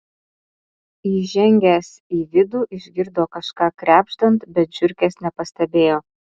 įžengęs į vidų išgirdo kažką krebždant bet žiurkės nepastebėjo